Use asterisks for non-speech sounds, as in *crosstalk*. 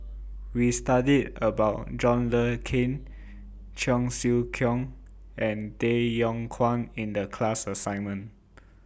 We studied about John Le Cain Cheong Siew Keong and Tay Yong Kwang in The class assignment *noise*